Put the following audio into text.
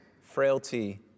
frailty